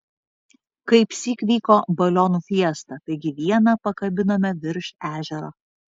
kaipsyk vyko balionų fiesta taigi vieną pakabinome virš ežero